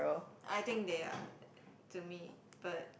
I think they are to me but